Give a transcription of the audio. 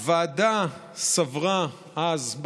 הוועדה סברה אז,